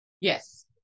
Yes